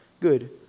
Good